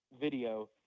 video